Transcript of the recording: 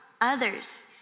others